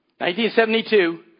1972